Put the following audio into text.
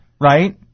right